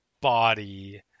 body